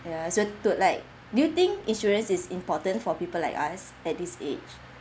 ya so do like do you think insurance is important for people like us at this age